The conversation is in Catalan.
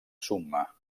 summa